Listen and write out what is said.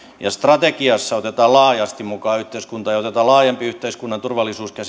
strategiassa otetaan laajasti mukaan yhteiskunta ja otetaan laajempi yhteiskunnan turvallisuus käsite ja